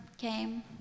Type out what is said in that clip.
came